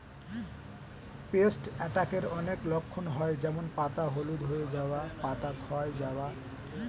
paste অ্যাটাকের অনেক লক্ষণ হয় যেমন পাতা হলুদ হয়ে যাওয়া, পাতা ক্ষয় যাওয়া